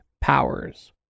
powers